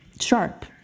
sharp